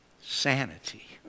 sanity